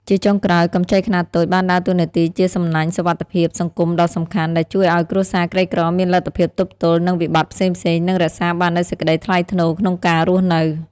ជាចុងក្រោយ កម្ចីខ្នាតតូចបានដើរតួនាទីជាសំណាញ់សុវត្ថិភាពសង្គមដ៏សំខាន់ ដែលជួយឱ្យគ្រួសារក្រីក្រមានលទ្ធភាពទប់ទល់នឹងវិបត្តិផ្សេងៗ និងរក្សាបាននូវសេចក្ដីថ្លៃថ្នូរក្នុងការរស់នៅ។